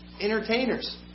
Entertainers